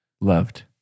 Loved